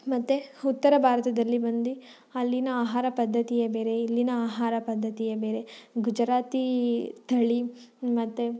ಮತ್ತು ಉತ್ತರ ಭಾರತದಲ್ಲಿ ಬಂದು ಅಲ್ಲಿನ ಆಹಾರ ಪದ್ಧತಿಯೇ ಬೇರೆ ಇಲ್ಲಿನ ಆಹಾರ ಪದ್ಧತಿಯೇ ಬೇರೆ ಗುಜರಾತಿ ಥಾಲಿ ಮತ್ತು